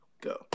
go